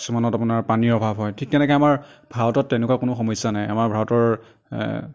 কিছুমানত আপোনাৰ পানীৰ অভাৱ হয় ঠিক তেনেকে আমাৰ ভাৰতত তেনেকুৱা কোনো সমস্যা নাই আমাৰ ভাৰতৰ